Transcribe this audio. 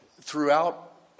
Throughout